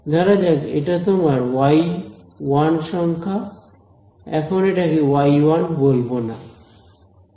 ধরা যাক এটা তোমার ওয়াই ওয়ান সংখ্যা এখন এটাকে y1 বলবো না